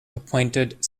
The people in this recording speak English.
appointed